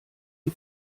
wie